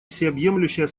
всеобъемлющая